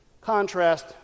Contrast